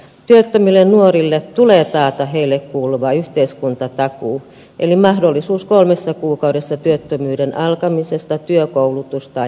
työttömille nuorille tulee taata heille kuuluva yhteiskuntatakuu eli mahdollisuus kolmessa kuukaudessa työttömyyden alkamisesta työ koulutus tai harjoittelupaikkaan